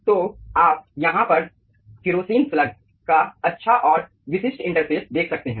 तो आप यहाँ पर केरोसिन स्लग का अच्छा और विशिष्ट इंटरफ़ेस देख सकते हैं